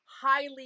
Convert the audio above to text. highly